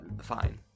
Fine